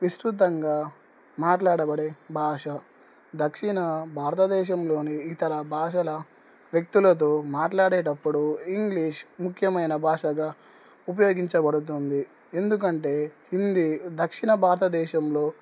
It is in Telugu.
విస్తృతంగా మాట్లాడబడే భాష దక్షిణ భారతదేశంలోని ఇతర భాషల వ్యక్తులతో మాట్లాడేటప్పుడు ఇంగ్లీష్ ముఖ్యమైన భాషగా ఉపయోగించబడుతుంది ఎందుకంటే హిందీ దక్షిణ భారతదేశంలో